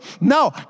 No